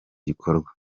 gikorwa